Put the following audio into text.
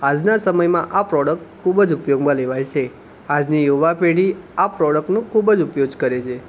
આજના સમયમાં આ પ્રોડક્ટ ખૂબ જ ઉપયોગમાં લેવાય છે આજની યુવા પેઢી આ પ્રોડક્ટનું ખૂબ જ ઉપયોગ કરે છે